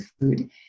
food